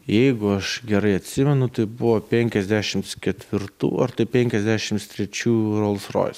jeigu aš gerai atsimenu tai buvo penkiasdešims ketvirtų ar tai penkiasdešims trečių rolls royce